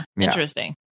interesting